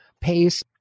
pace